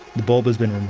the bulb has been